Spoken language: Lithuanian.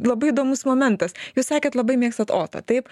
labai įdomus momentas jūs sakėt labai mėgstate otą taip